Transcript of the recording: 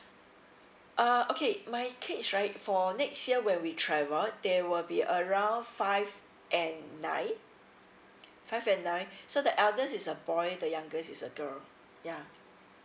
uh okay my kids right for next year when we travel they will be around five and nine five and nine so the eldest is a boy the youngest is a girl yeah